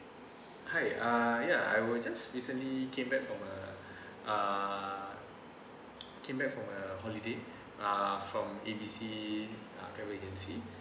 hi uh ya I would just recently come back from a uh came back from a holiday uh from A B C uh travel agency